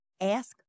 ask